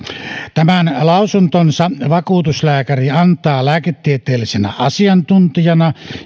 tämän lausuntonsa vakuutuslääkäri antaa lääketieteellisenä asiantuntijana